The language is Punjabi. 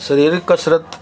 ਸਰੀਰਕ ਕਸਰਤ